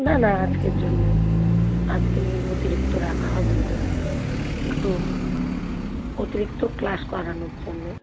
না না আজকের জন্যেই আজকে এই অতিরিক্ত রাখা হবে ওদের একটু অতিরিক্ত ক্লাস করানোর জন্যে